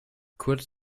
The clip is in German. kurz